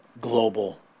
global